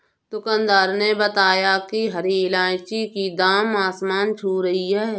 दुकानदार ने बताया कि हरी इलायची की दाम आसमान छू रही है